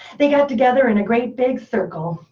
they got together in a great big circle.